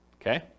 Okay